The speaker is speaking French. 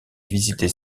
visiter